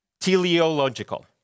teleological